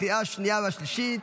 לקריאה השנייה והשלישית.